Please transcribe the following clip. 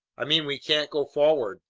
i mean we can't go forward,